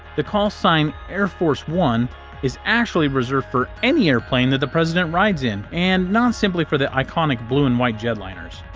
the call-sign air force one is actually reserved for any airplane that the president rides in, and not simply for the iconic blue-and-white jet liners.